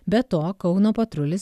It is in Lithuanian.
be to kauno patrulis